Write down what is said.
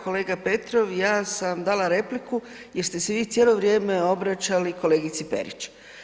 Kolega Petrov, ja sam dala repliku jer ste se vi cijelo vrijeme obraćali kolegici Perić.